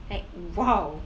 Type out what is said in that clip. like !wow!